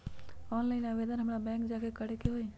Online आवेदन हमरा bank जाके करे के होई?